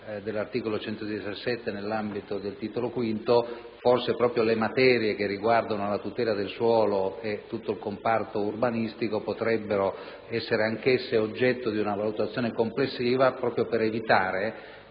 dell'articolo 117 del Titolo V della Costituzione), forse anche le materie che riguardano la tutela del suolo e tutto il comparto urbanistico potrebbero essere oggetto di una valutazione complessiva, proprio per evitare